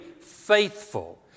faithful